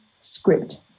script